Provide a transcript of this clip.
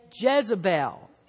Jezebel